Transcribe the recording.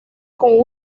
con